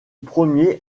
premier